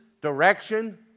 direction